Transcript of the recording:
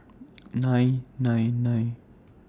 nine nine nine